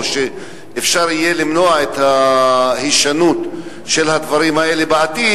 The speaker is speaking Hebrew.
שאפשר יהיה למנוע את ההישנות של הדברים האלה בעתיד.